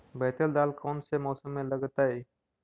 बैतल दाल कौन से मौसम में लगतैई?